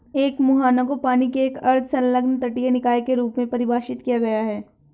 एक मुहाना को पानी के एक अर्ध संलग्न तटीय निकाय के रूप में परिभाषित किया गया है